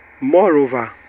Moreover